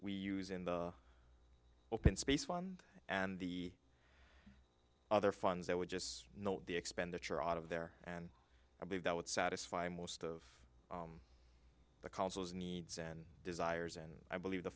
we use in the open space fund and the other funds i would just note the expenditure out of there and i believe that would satisfy most of the council's needs and desires and i believe the